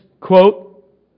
quote